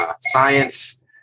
science